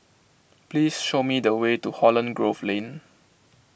please show me the way to Holland Grove Lane